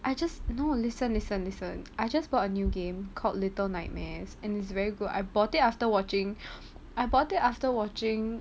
I just no listen listen listen I just bought a new game called little nightmares and is very good I bought it after watching I bought it after watching